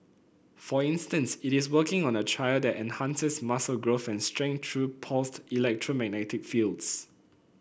for instance it is working on a trial that enhances muscle growth and strength through pulsed electromagnetic fields